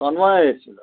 তন্ময় এসছিলো